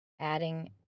adding